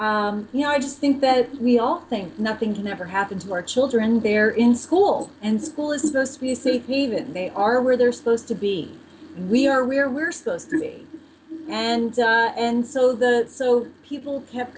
panicked you know i just think that we all think nothing can ever happen to our children they're in school and school is supposed to be a safe haven they are where they're supposed to be we are where we're supposed to be and and so the so people kept